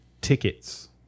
tickets